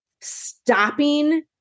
stopping